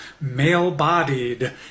male-bodied